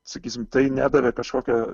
sakysim tai nedavė kažkokio